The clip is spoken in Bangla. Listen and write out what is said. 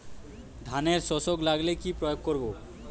ধানের শোষক লাগলে কি প্রয়োগ করব?